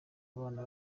abana